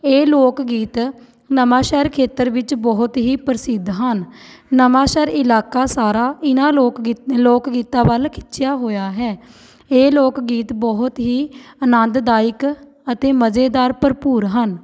ਇਹ ਲੋਕ ਗੀਤ ਨਵਾਂਸ਼ਹਿਰ ਖੇਤਰ ਵਿੱਚ ਬਹੁਤ ਹੀ ਪ੍ਰਸਿੱਧ ਹਨ ਨਵਾਂਸ਼ਹਿਰ ਇਲਾਕਾ ਸਾਰਾ ਇਹਨਾਂ ਲੋਕ ਗੀ ਲੋਕ ਗੀਤਾਂ ਵੱਲ ਖਿੱਚਿਆ ਹੋਇਆ ਹੈ ਇਹ ਲੋਕ ਗੀਤ ਬਹੁਤ ਹੀ ਅਨੰਦਦਾਇਕ ਅਤੇ ਮਜ਼ੇਦਾਰ ਭਰਪੂਰ ਹਨ